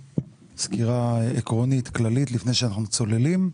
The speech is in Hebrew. סקירה עקרונית כללית לפני שאנחנו צוללים לחוק.